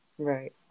Right